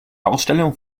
ausstellung